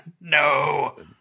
no